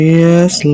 yes